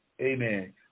amen